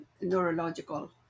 neurological